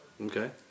Okay